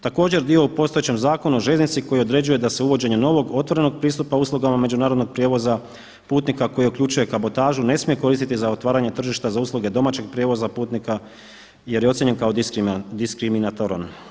Također dio u postojećem Zakonu o željeznici koji određuje da se uvođenjem novog, otvorenog pristupa uslugama međunarodnog prijevoza putnika koji uključuje kabotažu ne smije koristiti za otvaranje tržišta za usluge domaćeg prijevoza putnika jer je ocijenjen kao diskriminatoran.